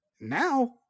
Now